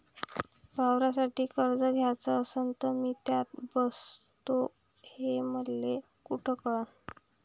वावरासाठी कर्ज घ्याचं असन तर मी त्यात बसतो हे मले कुठ कळन?